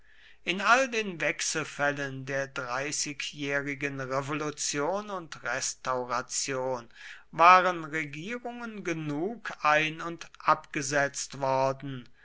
in all den wechselfällen der dreißigjährigen revolution und restauration waren regierungen genug ein und abgesetzt worden